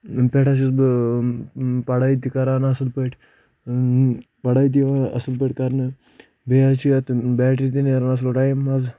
پٮ۪ٹھ حظ چھُس بہٕ پَڑٲے تہِ کَران اَصٕل پٲٹھۍ پَڑٲے تہِ یِوان اَصٕل پٲٹھۍ کَرنہٕ بیٚیہِ حظ چھُ یَتھ بیٹری تہِ نیران اَصٕل ٹایِم حظ